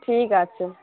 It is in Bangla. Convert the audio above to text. ঠিক আছে